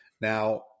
Now